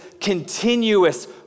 continuous